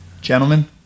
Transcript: Gentlemen